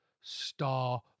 star